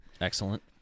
Excellent